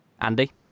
Andy